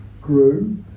grew